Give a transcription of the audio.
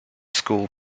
school